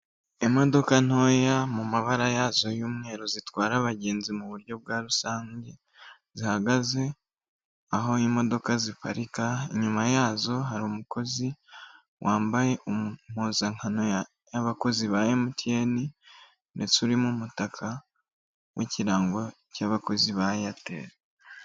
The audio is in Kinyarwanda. Imodoka ntoya mu mabara yazo y'umweru zitwara abagenzi mu buryo bwa rusange, zihagaze aho imodoka ziparika, inyuma yazo hari umukozi wambaye impuzankano y'abakozi ba MTN ndetse uri mu mutaka w'ikirango cy'abakozi ba Airtel.